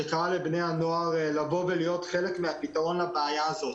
שקרא לבני הנוער לבוא ולהיות חלק מהפתרון לבעיה הזאת.